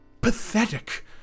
pathetic